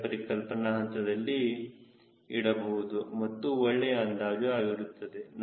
5 ಪರಿಕಲ್ಪನಾ ಹಂತದಲ್ಲಿ ಇಡಬಹುದು ಅದು ಒಳ್ಳೆಯ ಅಂದಾಜು ಆಗಿರುತ್ತದೆ